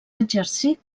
exercir